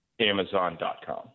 Amazon.com